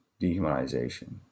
dehumanization